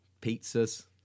pizza's